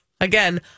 Again